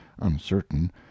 uncertain